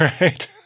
Right